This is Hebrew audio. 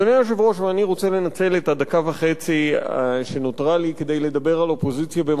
אני רוצה לנצל את הדקה וחצי שנותרו לי כדי לדבר על אופוזיציה במקום אחר,